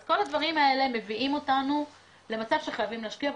אז כל הדברים האלו מביאים אותנו למצב שחייבים להשקיע.